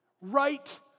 Right